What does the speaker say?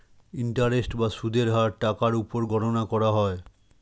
interest বা সুদের হার টাকার উপর গণনা করা হয়